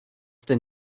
than